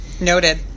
Noted